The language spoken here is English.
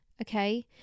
Okay